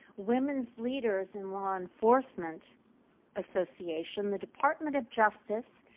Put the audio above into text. women leaders in law enforcement association, the department of justice,